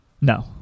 No